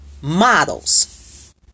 models